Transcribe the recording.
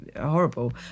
horrible